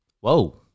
Whoa